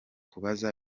kubaza